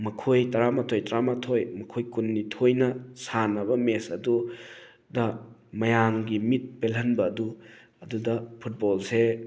ꯃꯈꯣꯏ ꯇꯔꯥꯃꯥꯊꯣꯏ ꯇꯥꯔꯥꯃꯥꯊꯣꯏ ꯃꯈꯣꯏ ꯀꯨꯟꯅꯤꯊꯣꯏꯅ ꯁꯥꯟꯅꯕ ꯃꯦꯠꯆ ꯑꯗꯨꯗ ꯃꯌꯥꯝꯒꯤ ꯃꯤꯠ ꯄꯦꯜꯍꯟꯕ ꯑꯗꯨ ꯑꯗꯨꯗ ꯐꯨꯠꯕꯣꯜꯁꯦ